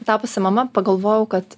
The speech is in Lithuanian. tapusi mama pagalvojau kad